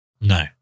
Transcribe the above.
No